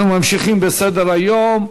אנחנו ממשיכים בסדר-היום.